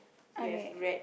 okay